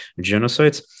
genocides